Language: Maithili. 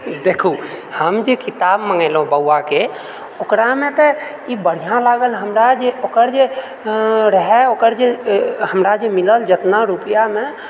देखू हम जे किताब मङ्गेलहुँ बौआके ओकरामे तऽ ई बढ़िआँ लागल हमरा जे ओकर जे रहए ओकर जे हमरा जे मिलल जतना रुपआमे